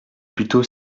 plutôt